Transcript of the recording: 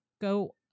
go